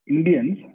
Indians